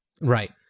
right